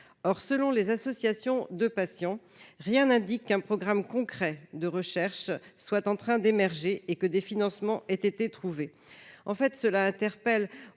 Or, selon les associations de patients, rien n'indique qu'un programme concret de recherche soit en train d'émerger et que des financements aient été trouvés. Cette situation nous interpelle